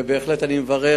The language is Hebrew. ואני בהחלט מברך,